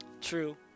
True